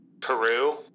Peru